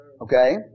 Okay